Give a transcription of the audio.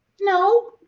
no